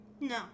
No